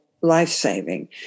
life-saving